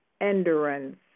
endurance